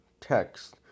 text